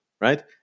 right